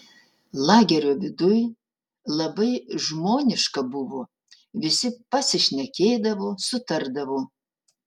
lagerio viduj labai žmoniška buvo visi pasišnekėdavo sutardavo